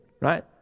right